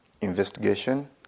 investigation